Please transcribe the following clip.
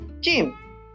Jim